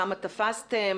כמה תפסתם,